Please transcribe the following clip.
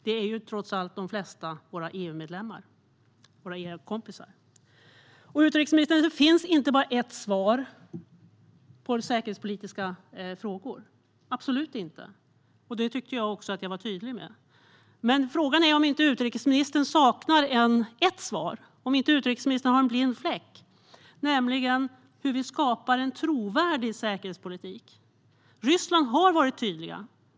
De flesta är trots allt EUmedlemmar - våra kompisar. Det finns inte bara ett svar på säkerhetspolitiska frågor. Det tyckte jag att jag var tydlig med. Frågan är om inte utrikesministern saknar ett svar, om inte utrikesministern har en blind fläck, nämligen hur vi skapar en trovärdig säkerhetspolitik. Ryssland har varit tydligt.